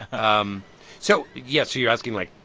um so yeah, so you're asking, like,